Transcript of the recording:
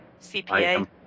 CPA